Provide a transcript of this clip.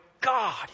God